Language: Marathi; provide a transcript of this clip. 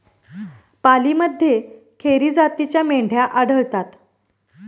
पालीमध्ये खेरी जातीच्या मेंढ्या आढळतात